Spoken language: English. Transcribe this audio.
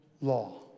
law